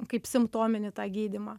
kaip simptominį tą gydymą